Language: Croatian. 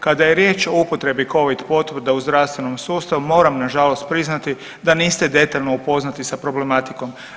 Kada je riječ o upotrebi Covid potvrda u zdravstvenom sustavu moram nažalost priznati da niste detaljno upoznati sa problematikom.